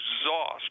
exhaust